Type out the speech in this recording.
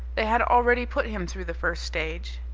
they had already put him through the first stage.